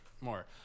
more